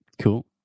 cool